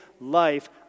life